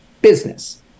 business